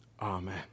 Amen